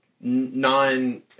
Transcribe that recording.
non